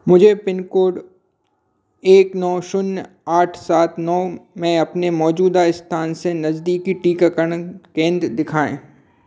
मुझे पिनकोड एक नौ शून्य आठ सात नौ में अपने मौजूदा स्थान से नजदीकी टीकाकरण केंद्र दिखाएँ